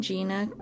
Gina